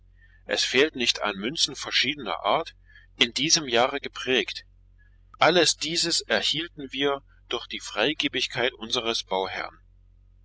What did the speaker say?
es fehlt nicht an münzen verschiedener art in diesem jahre geprägt alles dieses erhielten wir durch die freigebigkeit unseres bauherrn